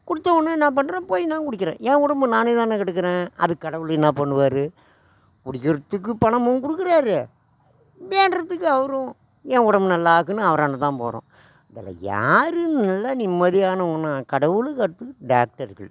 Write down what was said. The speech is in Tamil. கொடுத்த உடனே என்ன பண்ணுறேன் போய் நான் குடிக்கிறேன் என் உடம்பு நானே தானே கெடுக்கறேன் அது கடவுள் என்ன பண்ணுவார் குடிக்கிறதுக்கு பணமும் கொடுக்கறாரு வேண்டுறதுக்கு அவரும் என் உடம்பு நல்லா ஆகணும் அவராண்ட தான் போகிறோம் இதில் யார் நல்லா நிம்மதியானவனாக கடவுளுக்கு அடுத்து டாக்டர்கள்